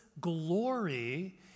glory